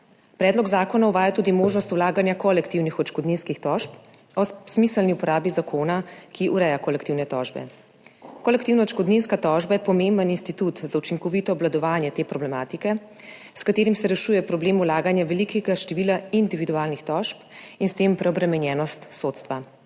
Predlog zakona uvaja tudi možnost vlaganja kolektivnih odškodninskih tožb o smiselni uporabi zakona, ki ureja kolektivne tožbe. Kolektivna odškodninska tožba je pomemben institut za učinkovito obvladovanje te problematike, s katerim se rešuje problem vlaganja velikega števila individualnih tožb in s tem preobremenjenost sodstva.